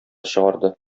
чыгарды